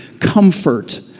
comfort